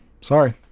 Sorry